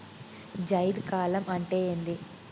జైద్ కాలం అంటే ఏంది?